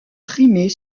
primer